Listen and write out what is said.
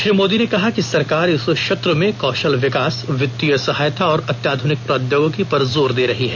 श्री मोदी ने कहा कि सरकार इस क्षेत्र में कौशल विकास वित्तीय सहायता और अत्याधुनिक प्रौद्योगिकी पर जोर दे रही है